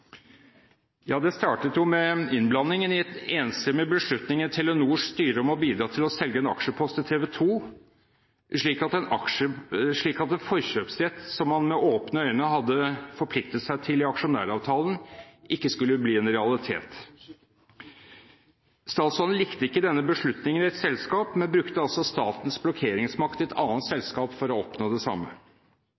det hele startet. Det startet med innblandingen i en enstemmig beslutning i Telenors styre om å bidra til å selge en aksjepost i TV 2, slik at en forkjøpsrett som man med åpne øyne hadde forpliktet seg til i aksjonæravtalen, ikke skulle bli en realitet. Statsråden likte ikke denne beslutningen i et selskap, men brukte statens blokkeringsmakt i et annet